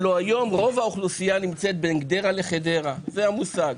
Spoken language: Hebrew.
הרי רוב האוכלוסייה נמצאת היום בין גדרה לחדרה זה המושג.